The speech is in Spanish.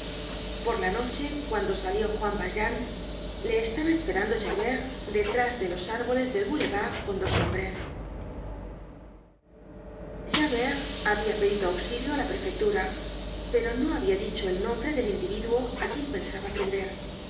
por la noche cuando salió juan valjean le estaba esperando javert detrás de los árboles del boulevard con dos hombres javert habia pedido auxilio ála prefectura pero no habia dicho el nombre del individuo á quien pensaba prender